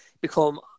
become